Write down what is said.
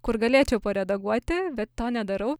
kur galėčiau paredaguoti bet to nedarau